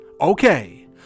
Okay